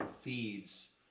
feeds